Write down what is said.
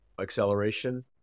acceleration